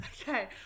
Okay